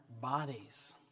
bodies